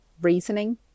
reasoning